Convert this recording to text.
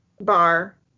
bar